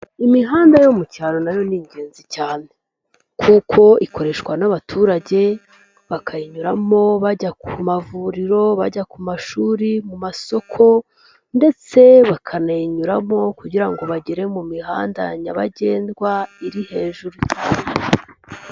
Imihanda yo mu cyaro na yo ni ingenzi cyane kuko ikoreshwa n'abaturage bakayinyuramo bajya ku mavuriro, bajya ku mashuri, mu masoko ndetse bakanayinyuramo kugira ngo bagere mu mihanda nyabagendwa iri hejuru cyane.